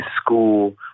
school